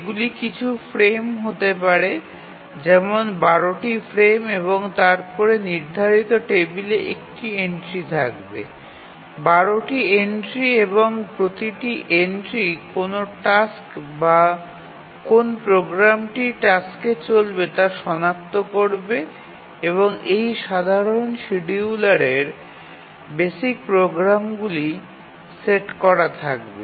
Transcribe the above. এগুলি কিছু ফ্রেম হতে পারে যেমন ১২ টি ফ্রেম এবং তারপরে নির্ধারিত টেবিলটিতে একটি এন্ট্রি থাকবে ১২ টি এন্ট্রি এবং প্রতিটি এন্ট্রি কোন টাস্ক বা কোন প্রোগ্রামটি টাস্কে চলবে তা সনাক্ত করবে এবং এই সাধারণ শিডিয়ুলারে বেসিক প্রোগ্রামগুলি সেটি করে থাকবে